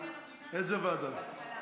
כלכלה.